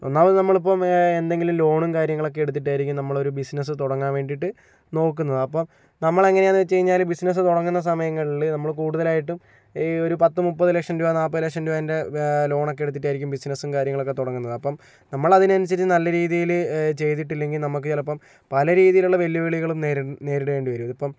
ഒന്നാമത് നമ്മള് ഇപ്പോൾ എന്തെങ്കിലും ലോണും കാര്യങ്ങളൊക്കെ എടുത്തിട്ടായിരിക്കും നമ്മള് ഒരു ബിസിനസ്സ് തുടങ്ങാൻ വേണ്ടിയിട്ട് നോക്കുന്നത് അപ്പോൾ നമ്മളെങ്ങനെയാണെന്ന് വെച്ച് കഴിഞ്ഞാല് ബിസിനസ്സ് തുടങ്ങുന്ന സമയങ്ങളിൽ നമ്മള് കൂടുതലായിട്ടും ഈ ഒരു പത്ത് മുപ്പത് ലക്ഷം രൂപ നാപ്പത് ലക്ഷം രൂപേന്റെ ലോണൊക്കെ എടുത്തിട്ടായിരിക്കും ബിസിനസ്സും കാര്യങ്ങളൊക്കെ തുടങ്ങുന്നത് അപ്പോൾ നമ്മളതിനനുസരിച്ച് നല്ല രീതിയിൽ ചെയ്തിട്ടില്ലെങ്കിൽ നമുക്ക് ചിലപ്പോൾ പല രീതിയിലുള്ള വെല്ലുവിളികളും നേരി നേരിടേണ്ടി വരും ഇതിപ്പോൾ